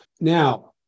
now